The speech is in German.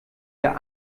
der